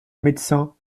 médecin